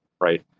right